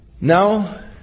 Now